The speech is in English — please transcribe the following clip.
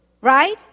right